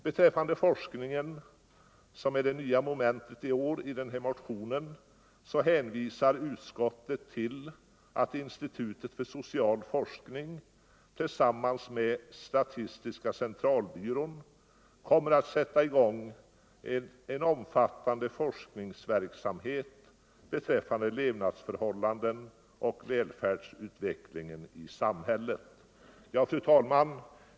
Beträffande forskningen, som är det nya momentet i år i den här mo 143 tionen, hänvisar utskottet till att institutet för social forskning tillsammans med statistiska centralbyrån kommer att sätta i gång en omfattande forskningsverksamhet rörande levnadsförhållandena och välfärdsutvecklingen i samhället. Fru talman!